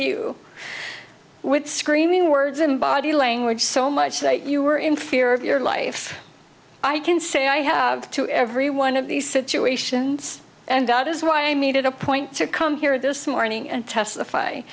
you with screaming words and body language so much that you were in fear of your life i can say i have to every one of these situations and that is why i made it a point to come here this morning and testify